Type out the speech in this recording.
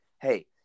hey